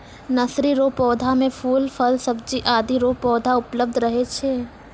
nursery रो पौधा मे फूल, फल, सब्जी आदि रो पौधा उपलब्ध रहै छै